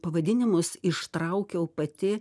pavadinimus ištraukiau pati